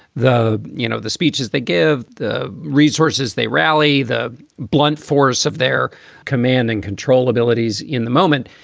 the you know, the speeches they give, the resources they rally, the blunt force of their command and control abilities in the moment.